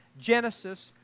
Genesis